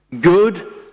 good